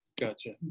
Gotcha